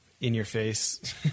in-your-face